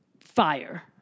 fire